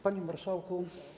Panie Marszałku!